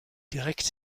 direkt